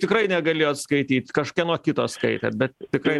tikrai negalėjot skaityt kažkieno kito skaitėt bet tikrai